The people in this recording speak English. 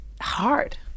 hard